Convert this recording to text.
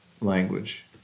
language